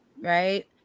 right